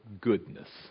goodness